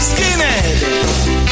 Skinhead